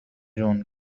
جون